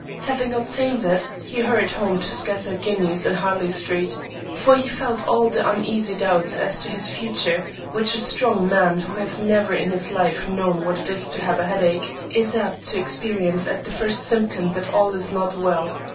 having obtained it, he hurried home to scatter guineas in harley street for he felt all the uneasy doubts as to his future which a strong man who has never in his life known what it is to have a headache is apt to experience at the first symptom that all is not well.